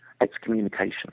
Excommunication